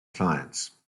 clients